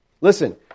Listen